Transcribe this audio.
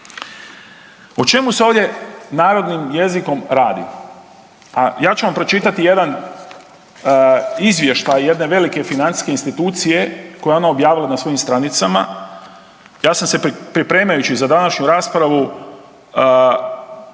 O čemu se ovdje narodnim jezikom radi, a ja ću vam pročitati jedan izvještaj jedne velike financijske institucije koja je ona objavila na svojim stranicama. Ja sam se pripremajući za današnju raspravu